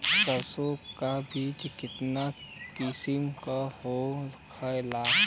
सरसो के बिज कितना किस्म के होखे ला?